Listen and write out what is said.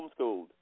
homeschooled